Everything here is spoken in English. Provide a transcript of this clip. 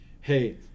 hey